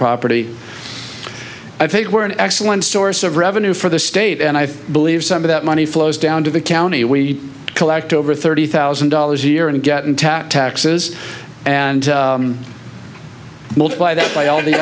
property i think we're an excellent source of revenue for the state and i believe some of that money flows down to the county we collect over thirty thousand dollars a year and get untapped taxes and multiply that by all